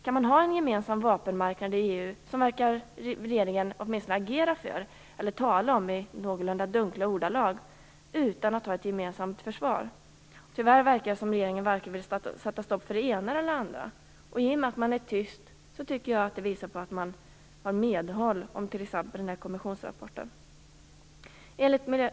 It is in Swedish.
Kan man ha en gemensam vapenmarknad i EU - det verkar regeringen åtminstone agera för eller tala om i ganska dunkla ordalag - utan att ha ett gemensamt försvar? Tyvärr verkar det som regeringen varken vill sätta stopp för det ena eller det andra. I och med att man är tyst tycker jag att det visar på medhåll, t.ex. när det gäller kommissionsrapporten.